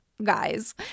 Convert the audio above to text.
guys